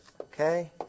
Okay